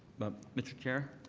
but mr. chair,